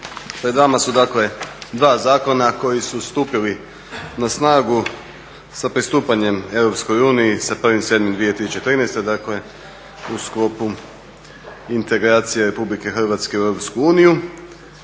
pred nama su dakle dva zakona koji su stupili na snagu sa pristupanje EU sa 1.7.2013., dakle u sklopu integracija Republike Hrvatske u EU. I sad su